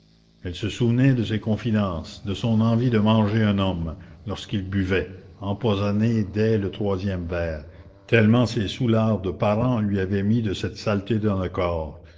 elle se souvenait de ses confidences de son envie de manger un homme lorsqu'il buvait empoisonné dès le troisième verre tellement ses soûlards de parents lui avaient mis de cette saleté dans le corps